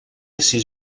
essi